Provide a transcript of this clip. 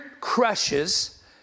crushes